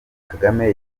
kagame